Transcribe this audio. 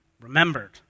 remembered